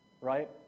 right